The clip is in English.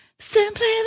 Simply